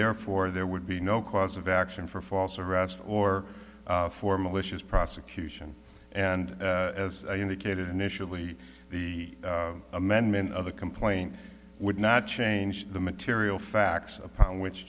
therefore there would be no cause of action for false arrest or for malicious prosecution and as i indicated initially the amendment of the complaint would not change the material facts of which